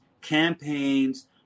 campaigns